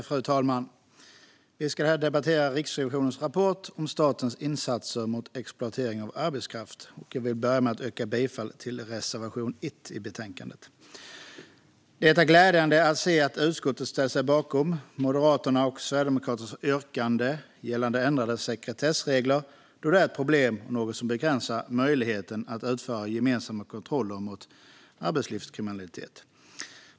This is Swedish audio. Fru talman! Vi ska här debattera Riksrevisionens rapport om statens insatser mot exploatering av arbetskraft. Jag vill börja med att yrka bifall till reservation 1 i betänkandet. Det är glädjande att se att utskottet ställer sig bakom Moderaternas och Sverigedemokraternas yrkande gällande ändrade sekretessregler då detta är ett problem och något som begränsar möjligheten att utföra gemensamma kontroller mot arbetslivskriminalitet.